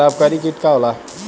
लाभकारी कीट का होला?